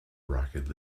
rocket